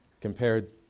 compared